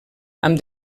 amb